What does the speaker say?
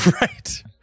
Right